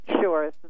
Sure